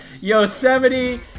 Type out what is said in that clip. Yosemite